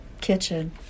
kitchen